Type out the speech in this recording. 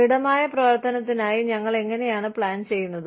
ദൃഢമായ പ്രവർത്തനത്തിനായി ഞങ്ങൾ എങ്ങനെയാണ് പ്ലാൻ ചെയ്യുന്നത്